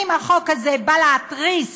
האם החוק הזה נועד להתריס